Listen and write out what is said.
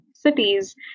cities